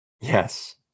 Yes